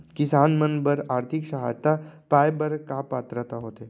किसान मन बर आर्थिक सहायता पाय बर का पात्रता होथे?